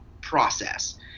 process